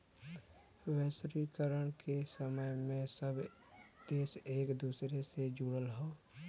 वैश्वीकरण के समय में सब देश एक दूसरे से जुड़ल हौ